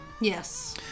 Yes